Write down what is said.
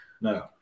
No